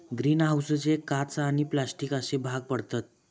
green हाऊसचे काच आणि प्लास्टिक अश्ये भाग पडतत